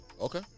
Okay